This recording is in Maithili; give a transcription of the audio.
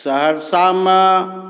सहरसामे